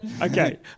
Okay